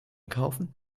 kaufen